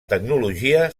tecnologia